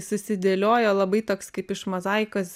susidėliojo labai toks kaip iš mozaikos